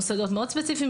מוסדות מאוד ספציפיים,